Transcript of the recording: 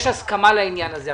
יש הסכמה לעניין הזה.